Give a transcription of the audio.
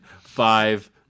five